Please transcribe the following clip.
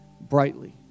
brightly